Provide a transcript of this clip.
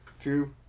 two